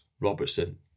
Robertson